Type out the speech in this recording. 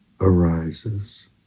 arises